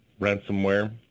ransomware